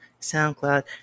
SoundCloud